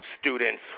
students